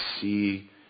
see